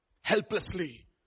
helplessly